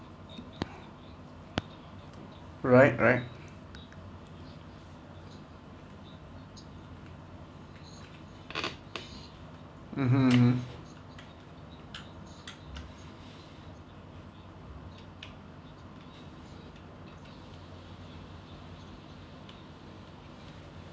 right right mmhmm mmhmm